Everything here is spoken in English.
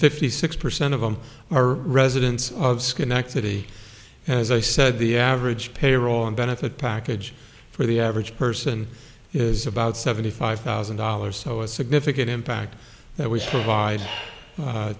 fifty six percent of them are residents of schenectady as i said the average payroll in benefit package for the average person is about seventy five thousand dollars so a significant impact that was provide